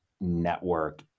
network